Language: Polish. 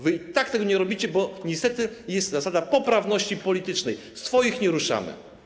Wy i tak tego nie robicie, bo niestety jest zasada poprawności politycznej: swoich nie ruszamy.